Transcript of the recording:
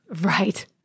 Right